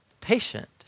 patient